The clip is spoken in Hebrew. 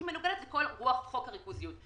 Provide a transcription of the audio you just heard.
כי היא מנוגדת לכל רוח חוק הריכוזיות.